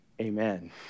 amen